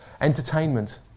entertainment